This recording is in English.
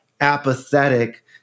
apathetic